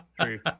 True